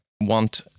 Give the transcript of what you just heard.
want